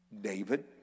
David